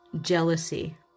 Jealousy